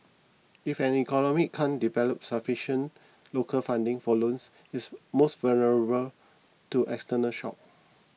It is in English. if an economy can't develop sufficient local funding for loans it's more vulnerable to external shock